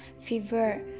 fever